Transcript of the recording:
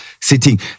Sitting